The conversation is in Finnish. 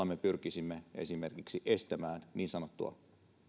me samanaikaisesti pyrkisimme esimerkiksi estämään niin sanottua